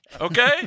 okay